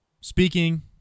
speaking